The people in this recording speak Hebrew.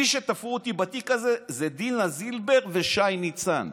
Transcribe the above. מי שתפרו אותי בתיק הזה זה דינה זילבר ושי ניצן.